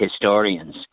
historians